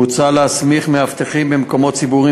מוצע להסמיך מאבטחים במקומות ציבוריים